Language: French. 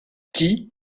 qui